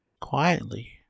quietly